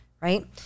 right